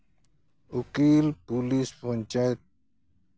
ᱩᱠᱤᱞ ᱯᱩᱞᱤᱥ ᱯᱚᱧᱪᱟᱭᱮᱛ